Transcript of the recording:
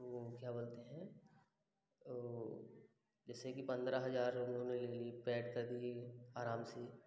वो क्या बोलते हैं वो जैसे कि पंद्रह हजार उन्होंने ले ली पैड कर ली आराम से